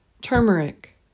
turmeric